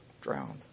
drowned